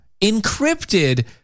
encrypted